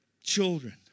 Children